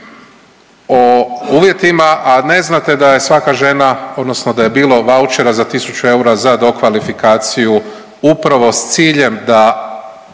o uvjetima, a ne znate da je svaka žena odnosno da je bilo vaučera za 1000 eura za dokvalifikaciju upravo s ciljem da